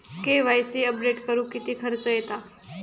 KYC update करुक किती खर्च येता?